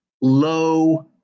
low